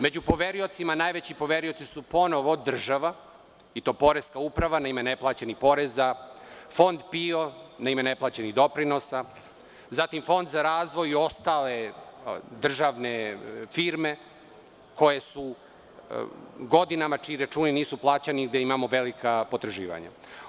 Među poveriocima, najveći poverioci su ponovo država i to poreska uprava na ime neplaćenih poreza, Fond PIO na ime neplaćenih doprinosa, zatim fond za razvoj i ostale državne firme koje su godinama, čiji računi nisu plaćani, gde imamo velika potraživanja.